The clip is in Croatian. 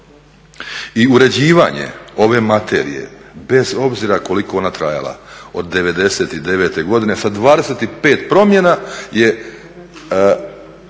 I uređivanje ove materije bez obzira koliko ona trajala od 99. godine sa 25 promjena je